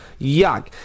Yuck